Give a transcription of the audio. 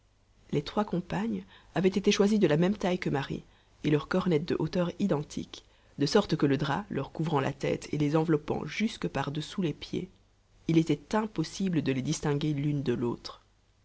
les trois compagnes avaient été choisies de la même taille que marie et leurs cornettes de hauteur identique de sorte que le drap leur couvrant la tête et les enveloppant jusque par-dessous les pieds il était impossible de les distinguer l'une de l'autre